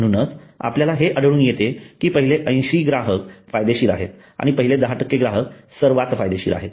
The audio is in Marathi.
म्हणूनच आपल्याला हे आढळून येते कि पहिले 80 ग्राहक फायदेशीर आहेत आणि पहिले 10 ग्राहक सर्वाधिक फायदेशीर आहेत